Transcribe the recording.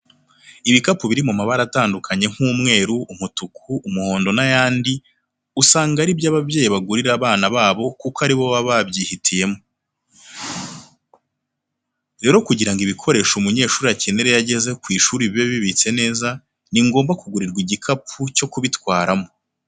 Ibikapu biri mu mabara atandukanye nk'umweru, umutuku, umuhondo n'ayandi usanga ari byo ababyeyi bagurira abana babo kuko ari bo baba babyihitiyemo. Rero kugira ngo ibikoresho umunyeshuri akenera iyo ageze ku ishuri bibe bibitse neza, ni ngombwa kugurirwa igikapu cyo kubitwaramo.